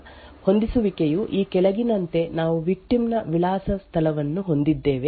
ಆದ್ದರಿಂದ ವೇರಿಯಂಟ್ 2 ರಲ್ಲಿ ಹೊಂದಿಸುವಿಕೆಯು ಈ ಕೆಳಗಿನಂತೆ ನಾವು ವಿಕ್ಟಿಮ್ ನ ವಿಳಾಸ ಸ್ಥಳವನ್ನು ಹೊಂದಿದ್ದೇವೆ